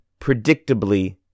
predictably